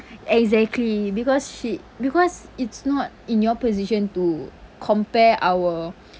exactly because she because it's not in your position to compare our